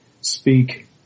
speak